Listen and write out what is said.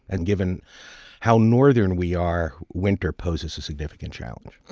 and given how northern we are, winter poses a significant challenge